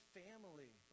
family